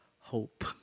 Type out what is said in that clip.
hope